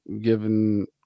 given